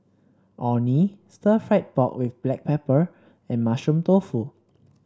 Orh Nee stir fry pork with Black Pepper and Mushroom Tofu